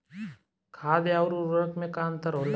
खाद्य आउर उर्वरक में का अंतर होला?